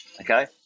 okay